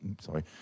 sorry